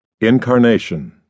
Incarnation